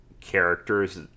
characters